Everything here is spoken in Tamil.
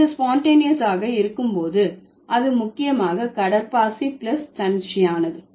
இது ஸ்பான்டேனீயஸ் ஆக இருக்கும் போது அது முக்கியமாக கடற்பாசி பிளஸ் தன்னிச்சையானது